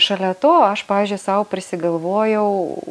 šalia to aš pavyzdžiui sau prisigalvojau